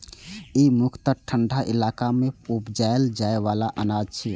ई मुख्यतः ठंढा इलाका मे उपजाएल जाइ बला अनाज छियै